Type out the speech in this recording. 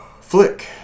Flick